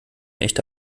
echte